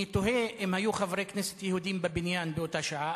אני תוהה אם היו חברי כנסת יהודים בבניין באותה שעה,